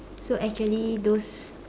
so actually those